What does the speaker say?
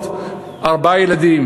ארבעה ילדים.